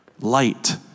light